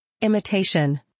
imitation